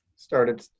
started